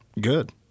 Good